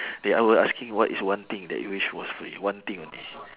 they all will asking what is one thing that you wish was free one thing only